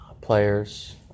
players